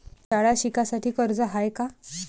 शाळा शिकासाठी कर्ज हाय का?